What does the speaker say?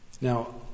Now